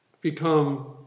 become